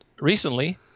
recently